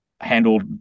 handled